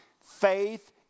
faith